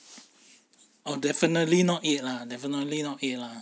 oh definitely not eight lah definitely not eight lah